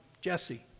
Jesse